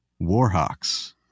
Warhawks